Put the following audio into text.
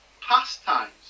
pastimes